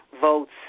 votes